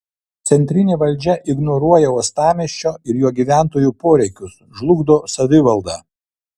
centrinė valdžia ignoruoja uostamiesčio ir jo gyventojų poreikius žlugdo savivaldą